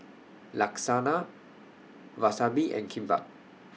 Lasagna Wasabi and Kimbap